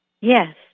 Yes